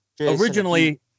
originally